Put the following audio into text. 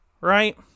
right